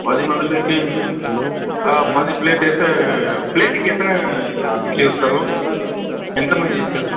పది మందిలోకి పది ప్లేట్ అయితే ప్లేటుకి ఎత్తనా ఇడ్లీ వస్తారు ఎంత మంది ఇడ్లీ